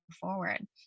forward